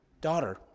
daughter